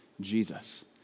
Jesus